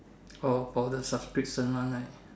oh about the subscription one right